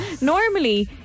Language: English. Normally